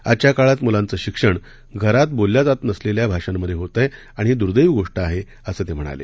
आजच्या काळात मुलांचं शिक्षण घरात बोलल्या जात नसलेल्या भाषांमधे होत आहे आणि ही दुद्दैवी गोष्ट आहे असं ते म्हणाले